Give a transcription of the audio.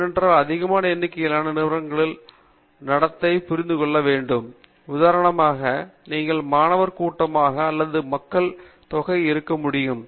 ஏனென்றால் அதிகமான எண்ணிக்கையிலான நிறுவனங்களின் நடத்தை புரிந்து கொள்ள வேண்டும் உதாரணமாக நீங்கள் மாணவர் கூட்டமாக அல்லது மக்கள் தொகை இருக்க முடியும்